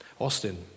Austin